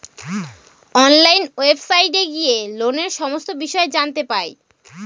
online ওয়েবসাইটে গিয়ে লোনের সমস্ত বিষয় জানতে পাই